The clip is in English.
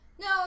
No